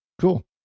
cool